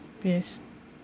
yes